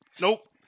Nope